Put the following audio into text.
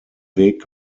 weg